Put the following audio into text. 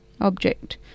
object